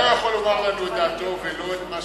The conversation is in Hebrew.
אולי הוא יכול לומר לנו את דעתו, ולא את מה